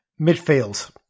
Midfield